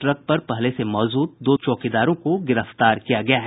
truck पर पहले से मौजूद दो चौकीदारों को गिरफ्तार किया गया है